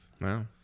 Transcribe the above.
Wow